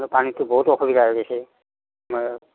পানীটো বহুত অসুবিধা হৈছে